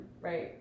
right